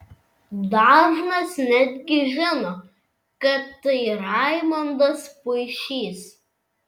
dažnas netgi žino kad tai raimondas puišys